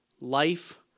life